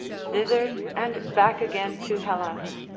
thither and back again to hellas.